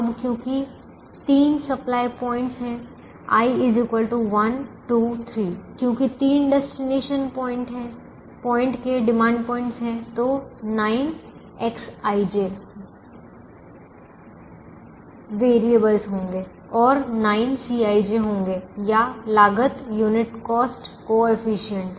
अब क्योंकि 3 supply points है i 1 2 3 क्योंकि 3 डेस्टिनेशन प्वाइंट के डिमांड पॉइंट्स है तो 9 Xij वैरियेबल्स होंगे और 9 Cij होंगे या लागत यूनिट लागत कोएफिशिएंट